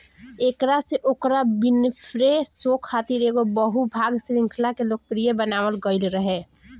एकरा से ओकरा विनफ़्रे शो खातिर एगो बहु भाग श्रृंखला के लोकप्रिय बनावल गईल रहे